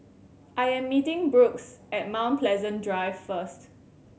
I am meeting Brooks at Mount Pleasant Drive first